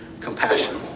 compassion